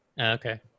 Okay